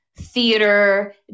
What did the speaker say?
theater